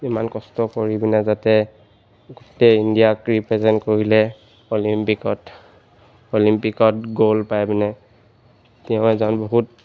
ইমান কষ্ট কৰি পিনে যাতে গোটেই ইণ্ডিয়াক ৰিপ্ৰেজেণ্ট কৰিলে অলিম্পিকত অলিম্পিকত গ'ল্ড পাই পিনে তেওঁ এজন বহুত